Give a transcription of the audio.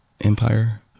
Empire